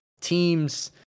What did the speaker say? teams